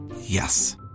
Yes